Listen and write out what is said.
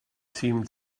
seemed